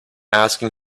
asking